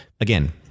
again